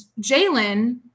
Jalen